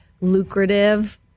lucrative